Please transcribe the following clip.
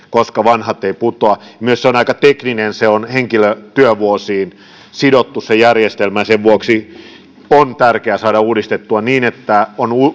koska vanhat eivät putoa se on myös aika tekninen se järjestelmä on henkilötyövuosiin sidottu sen vuoksi on tärkeää saada sitä uudistettua niin että